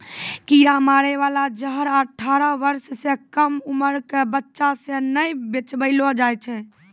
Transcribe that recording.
कीरा मारै बाला जहर अठारह बर्ष सँ कम उमर क बच्चा सें नै बेचबैलो जाय छै